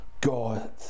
God